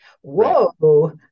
Whoa